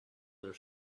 their